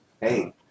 Hey